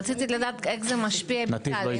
רציתי לדעת איך זה משפיע בכלל.